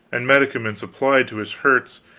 and medicaments applied to his hurts,